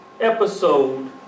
episode